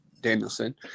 Danielson